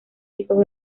tipos